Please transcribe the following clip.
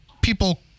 people